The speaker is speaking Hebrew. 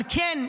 אבל כן,